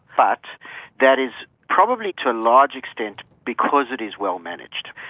but that is probably to a large extent because it is well managed.